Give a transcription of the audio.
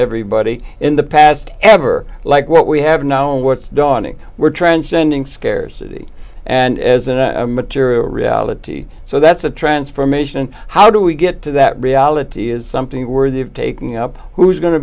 everybody in the past ever like what we have now and what's dawning we're transcending scarcity and as a material reality so that's a transformation how do we get to that reality is something worthy of taking up who's going to